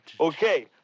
Okay